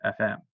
FM